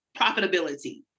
profitability